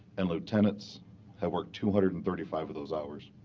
and lieutenants have worked two hundred and thirty five of those hours.